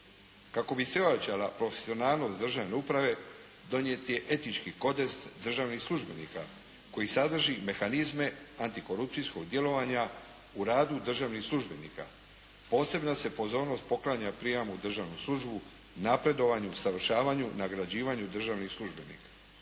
Kako bi se ojačala profesionalnost državne uprave donijet je etički kodeks državnih službenika koji sadrži mehanizme antikorupcijskog djelovanja u radu državnih službenika. Posebna se pozornost poklanja prijamu u državnu službu, napredovanju, usavršavanju, nagrađivanju državnih službenika.